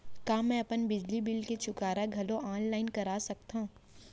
का मैं अपन बिजली बिल के चुकारा घलो ऑनलाइन करा सकथव?